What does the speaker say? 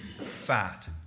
fat